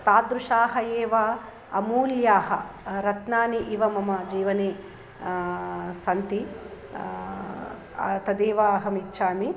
तादृशाः एव अमूल्याः रत्नानि इव मम जीवने सन्ति तदेव अहम् इच्छामि